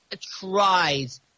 tries